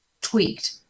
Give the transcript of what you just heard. tweaked